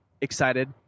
excited